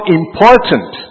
important